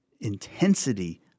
intensity